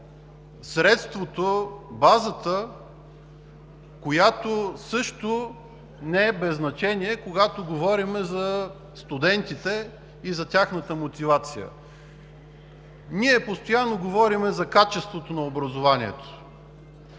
средството, базата, която също не е без значение, когато говорим за студентите и за тяхната мотивация. Ние постоянно говорим за качеството на образованието,